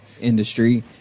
industry